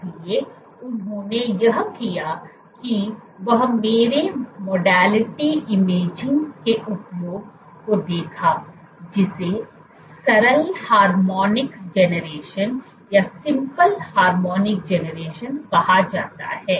इसलिए उन्होंने यह किया कि वह मेरे मोडालिटी इमेजिंग के उपयोग को देखा जिसे सरल हार्मोनिक जेनरेशन कहा जाता है